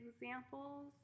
examples